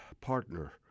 partner